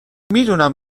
میدونم